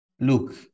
Look